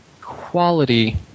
quality